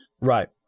Right